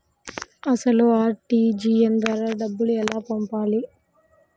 అసలు అర్.టీ.జీ.ఎస్ ద్వారా ఎలా డబ్బులు పంపాలి?